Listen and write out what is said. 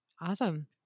Awesome